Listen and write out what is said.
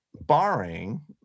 barring